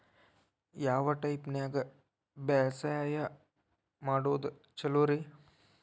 ಯಾವ ಟೈಪ್ ನ್ಯಾಗ ಬ್ಯಾಸಾಯಾ ಮಾಡೊದ್ ಛಲೋರಿ?